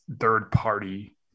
third-party